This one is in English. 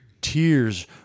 tears